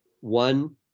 one